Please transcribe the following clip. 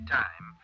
time